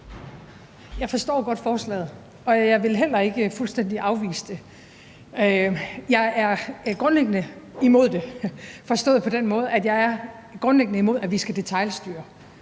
Jeg forstår godt forslaget, og jeg vil heller ikke fuldstændig afvise det. Jeg er grundlæggende imod det, forstået på den måde at jeg grundlæggende er imod, at vi skal detailstyre,